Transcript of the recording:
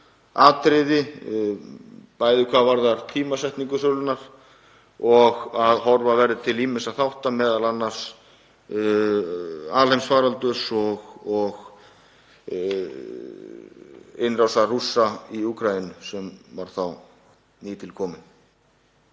atriði, bæði hvað varðar tímasetningu sölunnar og að horfa verði til ýmissa þátta, m.a. alheimsfaraldurs og innrásar Rússa í Úkraínu sem var þá nýtilkomin.